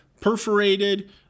perforated